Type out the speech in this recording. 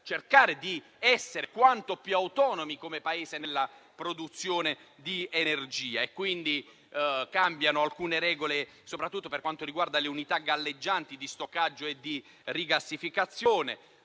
cercare di essere come Paese quanto più autonomi nella produzione di energia. Cambiano dunque alcune regole, soprattutto per quanto riguarda le unità galleggianti di stoccaggio e di rigassificazione;